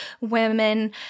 women